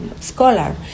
scholar